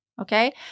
Okay